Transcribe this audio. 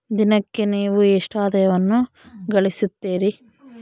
ದಿನಕ್ಕೆ ನೇವು ಎಷ್ಟು ಆದಾಯವನ್ನು ಗಳಿಸುತ್ತೇರಿ?